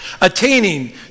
attaining